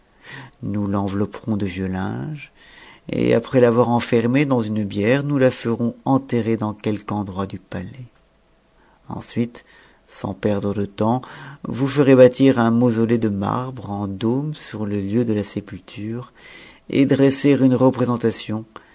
nous l'envelopperons de vieux linges et après l'avoir enfermée dans une bière nous la ferons enterrer dans quelque endroit du palais ensuite sans perdre de temps vous ferez bâtir un mausolée de marbre en dôme sur le lieu de la sépulture et dresser une représentation